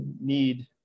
need